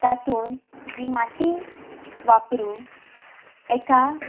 तातूंत जी माती वापरून एका